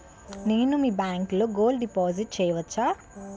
నేను మీ బ్యాంకులో గోల్డ్ డిపాజిట్ చేయవచ్చా?